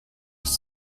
ist